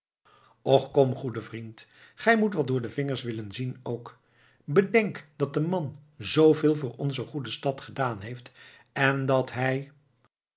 och kom goede vriend gij moet wat door de vingers willen zien ook bedenk dat de man zooveel voor onze goede stad gedaan heeft en dat hij